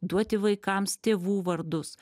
duoti vaikams tėvų vardus